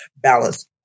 balance